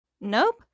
nope